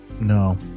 No